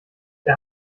der